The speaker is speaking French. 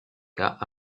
cas